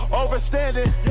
overstanding